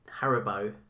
Haribo